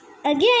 again